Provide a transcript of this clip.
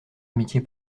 amitié